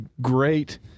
great